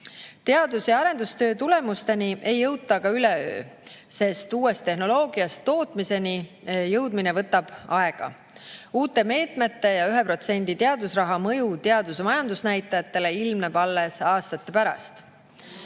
Teadus‑ ja arendustöö tulemusteni ei jõuta aga üleöö, sest uuest tehnoloogiast tootmiseni jõudmine võtab aega. Uute meetmete ja SKP-st 1% teadusraha mõju teadus‑ ja majandusnäitajatele ilmneb alles aastate pärast.